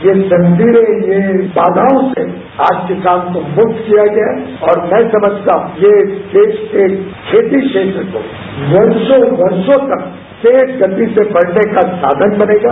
ये जंजीरें रहित ये बाघाओं से किसान को मुक्त किया गया है और मैं समझता हूं ये देश के खेती क्षेत्र को वर्षो वर्षो तक तेज गति से बढ़ने का साधन बनेगा